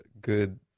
good